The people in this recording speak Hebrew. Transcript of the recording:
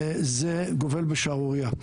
זה גובל בשערורייה.